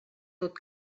tot